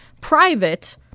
private